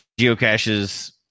geocaches